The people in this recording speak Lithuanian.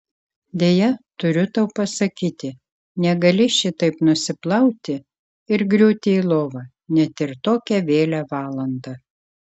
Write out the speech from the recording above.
deja turiu tau pasakyti negali šitaip nusiplauti ir griūti į lovą net ir tokią vėlią valandą